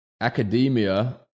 academia